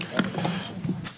אדוני היושב-ראש,